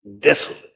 desolate